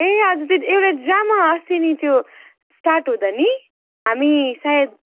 ए हजुर त्यो एउटा ड्रामा अस्ति नि त्यो स्टार्ट हुँदा नि हामी सायद